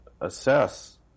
assess